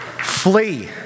Flee